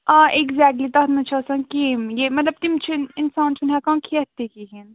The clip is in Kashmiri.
آ اٮ۪گزیکلی تَتھ منٛز چھِ آسان کیٚمۍ یہِ مطلب تِم چھِنہٕ اِنسان چھُنہٕ ہٮ۪کان کھٮ۪تھ تہِ کِہیٖنۍ